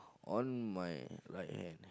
on my right hand